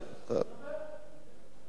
יש לנו